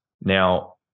now